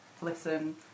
listen